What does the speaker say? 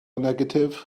negatif